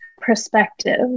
perspective